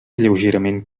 lleugerament